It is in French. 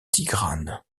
tigrane